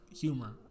humor